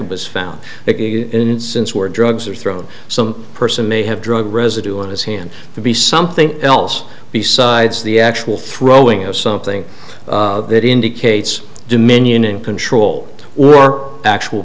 was found in since where drugs are thrown some person may have drug residue on his hands to be something else besides the actual throwing of something that indicates dominion and control or actual